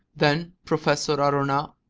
then, professor aronnax,